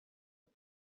but